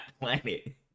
planet